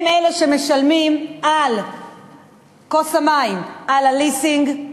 הם אלה שמשלמים על כוס המים, על הליסינג,